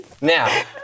Now